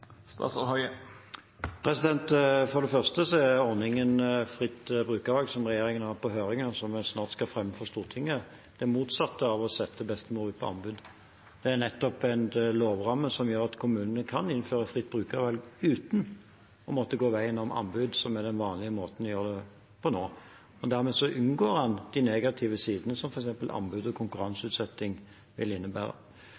For det første er ordningen fritt brukervalg, som regjeringen har på høring og snart skal fremme for Stortinget, det motsatte av å sette bestemor ut på anbud. Det er nettopp en lovramme som gjør at kommunene kan innføre fritt brukervalg uten å måtte gå veien om anbud, som er den vanlige måten å gjøre det på nå. Dermed unngår man de negative sidene som f.eks. anbud og